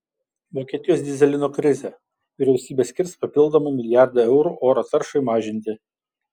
vokietijos dyzelino krizė vyriausybė skirs papildomą milijardą eurų oro taršai mažinti